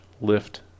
lift